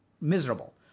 miserable